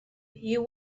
you